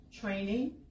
training